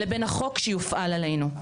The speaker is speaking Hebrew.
לבין החוק שיופעל עלינו,